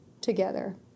together